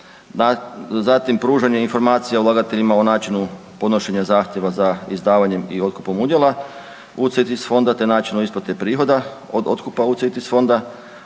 Zatim pružanje informacija ulagateljima o načinu podnošenja zahtjeva za izdavanjem i otkupom udjela UCITS fonda te načinu isplate prihoda od otkupa UCITS fonda,